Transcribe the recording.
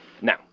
now